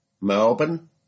Melbourne